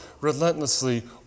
relentlessly